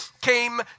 came